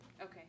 Okay